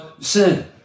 sin